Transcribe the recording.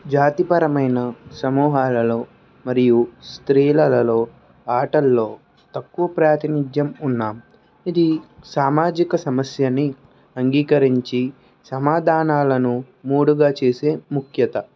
జాతిపరమైన సమూహాలలో మరియు స్త్రీలలో ఆటల్లో తక్కువ ప్రాతినిధ్యం ఉన్న ఇది సామాజిక సమస్యని అంగీకరించి సమాధానాలను మూడుగా చేసే ముఖ్యత